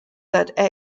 that